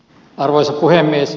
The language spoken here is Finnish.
arvoisa puhemies